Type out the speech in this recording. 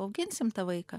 auginsim tą vaiką